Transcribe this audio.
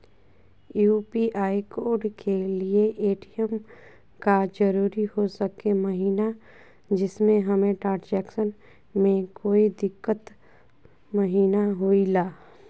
UPI code के लिए ATM का जरूरी हो सके महिना जिससे हमें ट्रांजैक्शन में कोई दिक्कत महिना हुई ला?